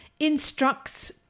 instructs